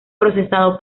procesado